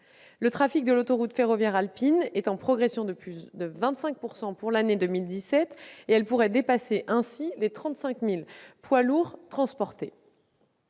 Le trafic de l'autoroute ferroviaire alpine est en progression de plus de 25 % pour l'année 2017 et pourrait dépasser ainsi les 35 000 poids lourds transportés.